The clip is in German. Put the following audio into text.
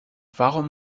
warum